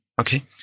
Okay